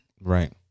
right